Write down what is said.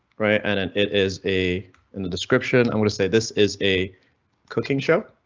right and and it is a in the description. i'm going to say this is a cooking show.